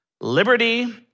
liberty